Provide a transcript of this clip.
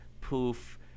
Poof